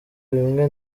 bimwe